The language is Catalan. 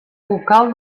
vocal